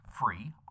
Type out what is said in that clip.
Free